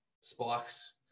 spikes